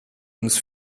uns